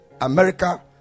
America